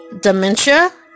dementia